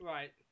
Right